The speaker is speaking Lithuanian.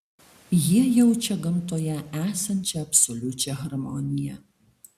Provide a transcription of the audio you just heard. jie jaučia gamtoje esančią absoliučią harmoniją